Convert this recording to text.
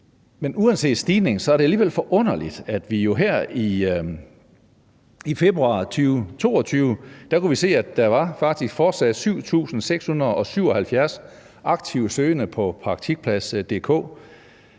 Men uanset stigningen, er det jo alligevel forunderligt, at vi her i februar 2022 faktisk har kunnet se, at der fortsat var 7.677 aktivt søgende på Praktikplads.dk.